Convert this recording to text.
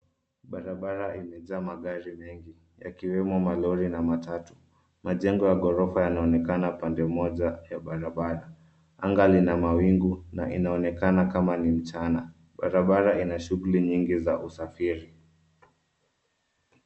Barabara imejaa magari mengi yakiwemo malori na matatu. Majengo ya ghorofa yanaonekana upande moja ya barabara. Anga lina mawingu na inaonekana kama ni mchana. Barabara ina shughuli nyingi za usafiri.